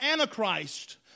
Antichrist